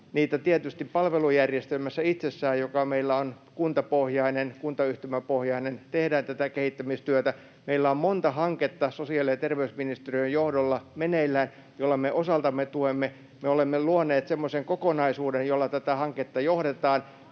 Tietysti palvelujärjestelmässä itsessään, joka meillä on kuntayhtymäpohjainen, tehdään kehittämistyötä. Meillä on sosiaali- ja terveysministeriön johdolla meneillään monta hanketta, joilla me osaltamme tuemme heitä. Me olemme luoneet semmoisen kokonaisuuden, jolla tätä hanketta johdetaan